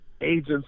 agents